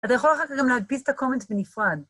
אתה יכול אחר כך גם להדפיס את ה-comments בנפרד.